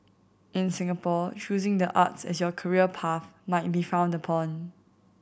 in Singapore choosing the arts as your career path might be frowned upon